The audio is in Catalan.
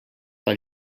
del